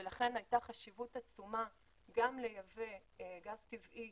ולכן הייתה חשיבות עצומה גם לייבא גז טבעי